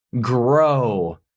grow